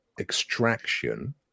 Extraction